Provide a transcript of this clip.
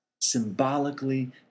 symbolically